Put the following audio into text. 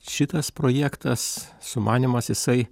šitas projektas sumanymas jisai